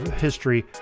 history